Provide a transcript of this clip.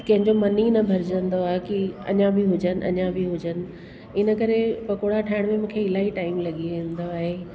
कंहिंजो मन ई न भरिजंदो आहे की अञा ब हुजनि अञा बि हुजनि इन करे पकोड़ा ठाहिण में मूंखे इलाही टाइम लॻी वेंदो आहे